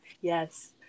Yes